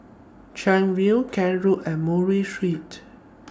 Chuan View Kent Road and Murray Street